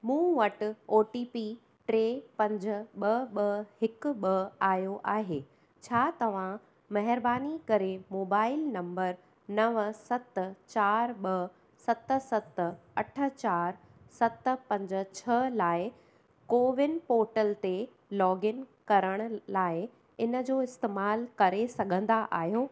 मूं वटि ओटीपी टे पंज ॿ ॿ हिक ॿ आहियो आहे छा तव्हां महिरबानी करे मोबाइल नंबर नव सत चारि ॿ सत सत अठ चार सत पंज छह लाइ कोविन पोटल ते लोगइन करण लाइ इनजो इस्तेमालु करे सघंदा आहियो